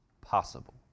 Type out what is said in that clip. possible